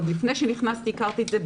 עוד לפני שנכנסתי לתפקיד הכרתי את זה,